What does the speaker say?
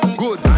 good